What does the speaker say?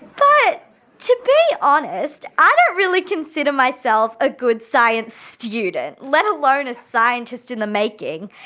but to be honest, i don't really consider myself a good science student, let alone a scientist in the making.